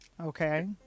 okay